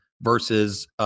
versus